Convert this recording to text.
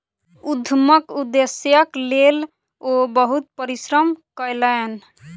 उद्यमक उदेश्यक लेल ओ बहुत परिश्रम कयलैन